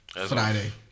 Friday